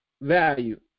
value